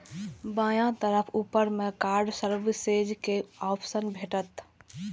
बायां तरफ ऊपर मे कार्ड सर्विसेज के ऑप्शन भेटत